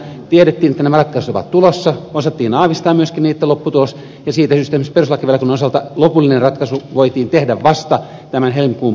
tiedettiin että nämä ratkaisut ovat tulossa osattiin aavistaa myöskin niitten lopputulos ja siitä syystä esimerkiksi perustuslakivaliokunnan osalta lopullinen ratkaisu voitiin tehdä vasta tämän helmikuun puolivälin jälkeen